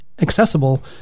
Accessible